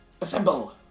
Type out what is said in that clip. assemble